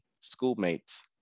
schoolmates